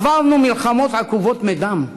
עברנו מלחמות עקובות מדם,